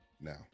now